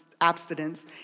abstinence